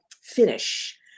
finish